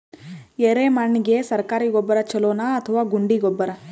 ಎರೆಮಣ್ ಗೆ ಸರ್ಕಾರಿ ಗೊಬ್ಬರ ಛೂಲೊ ನಾ ಅಥವಾ ಗುಂಡಿ ಗೊಬ್ಬರ?